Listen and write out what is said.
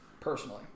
Personally